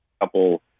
couple –